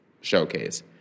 showcase